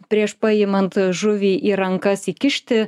prieš paimant žuvį į rankas įkišti